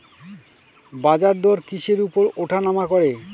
বাজারদর কিসের উপর উঠানামা করে?